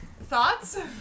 thoughts